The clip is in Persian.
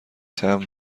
تمبر